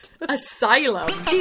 asylum